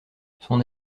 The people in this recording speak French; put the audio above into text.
son